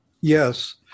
Yes